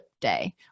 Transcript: day